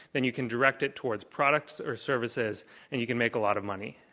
then you can direct it towards products or services and you can make a lot of money,